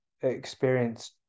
experience